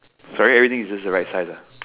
sorry everything is just the right size ah